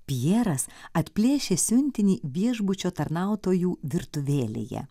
pjeras atplėšė siuntinį viešbučio tarnautojų virtuvėlėje